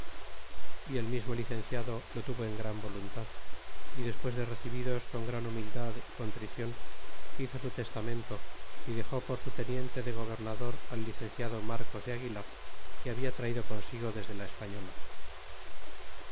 que se confemismo licenciado lo tuvo en gran voluntad y despues de recibidos con gran humildad y contricion hizo su testamento y dexó por su teniente de gobernador al licenciado marcos de aguilar que habla traido consigo desde la española